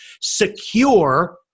secure